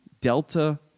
Delta